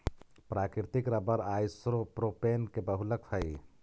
प्राकृतिक rubber isoprene के बहुलक हई